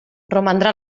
romandrà